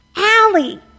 Allie